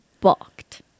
balked